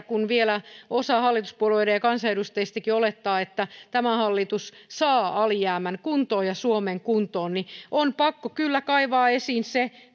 kun vielä osa hallituspuolueiden kansanedustajistakin olettaa että tämä hallitus saa alijäämän kuntoon ja suomen kuntoon niin on pakko kyllä kaivaa esiin se